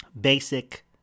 basic